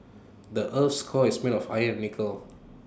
the Earth's core is made of iron and nickel